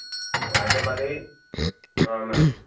అయితే మరి మేడం